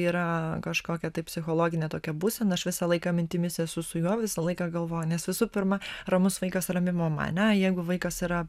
yra kažkokia tai psichologinė tokia būsena aš visą laiką mintimis esu su juo visą laiką galvoju nes visų pirma ramus vaikas rami mama ane jeigu vaikas yra